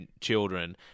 children